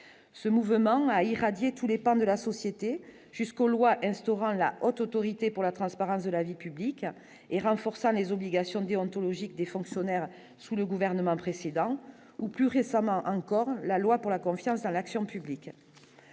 ce mouvement a irradié tous les pans de la société jusqu'aux lois instaurant la Haute autorité pour la transparence de la vie publique et renforçant les obligations déontologiques des fonctionnaires sous le gouvernement précédent. Ou, plus récemment encore, la loi pour la confiance dans l'action publique